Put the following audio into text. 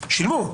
שילמו.